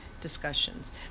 discussions